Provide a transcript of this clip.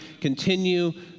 continue